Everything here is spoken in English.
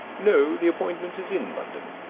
no the appointment is in london.